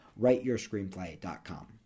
writeyourscreenplay.com